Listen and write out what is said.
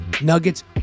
Nuggets